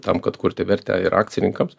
tam kad kurti vertę ir akcininkams